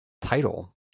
title